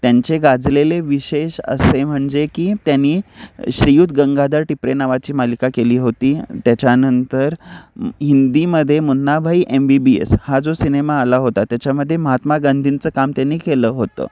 त्यांचे गाजलेले विशेष असे म्हणजे की त्यानी श्रीयुत गंगाधर टिपरे नावाची मालिका केली होती त्याच्यानंतर हिंदीमध्ये Munnabhai M B B S हा जो सिनेमा आला होता त्याच्यामध्ये महात्मा गांधींचं काम त्यांनी केलं होतं